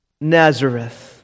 Nazareth